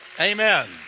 Amen